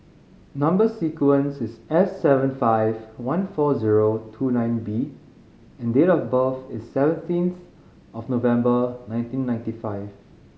number sequence is S seven five one four zero two nine B and date of birth is seventeenth of November nineteen ninety five